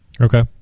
Okay